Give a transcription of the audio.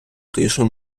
тишу